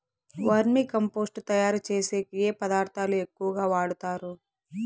వర్మి compost తయారుచేసేకి ఏ పదార్థాలు ఎక్కువగా వాడుతారు